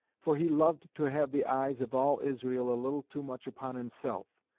for he loved to have the eyes of all israel a little too much upon himself,